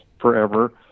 forever